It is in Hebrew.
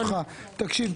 ברשותך, אני אתחיל.